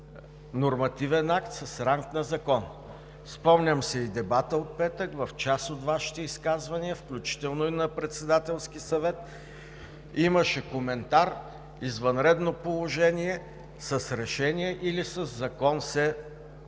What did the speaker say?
нормативен акт с ранг на закон. Спомням си дебата от петък и в част от Вашите изказвания, включително на Председателския съвет, имаше коментар извънредното положение с решение или със закон се установява